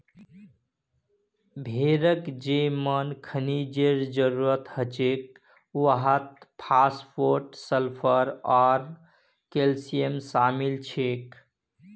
भेड़क जे मेन खनिजेर जरूरत हछेक वहात फास्फोरस सल्फर आर कैल्शियम शामिल छेक